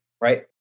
right